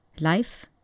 Life